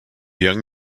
young